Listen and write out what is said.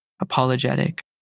apologetic